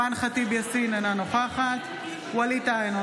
נוכחת ווליד טאהא,